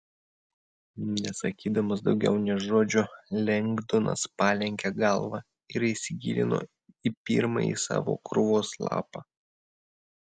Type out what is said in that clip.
nesakydamas daugiau nė žodžio lengdonas palenkė galvą ir įsigilino į pirmąjį savo krūvos lapą